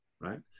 right